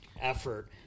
effort